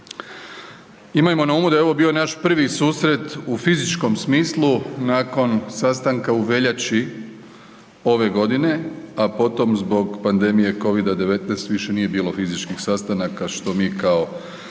Imajmo na umu da je ovo bio naš prvi susret u fizičkom smislu nakon sastanka u veljači ove godine, a potom zbog pandemije covid-19 više nije bilo fizičkih sastanaka što mi kao bivša